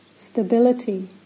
stability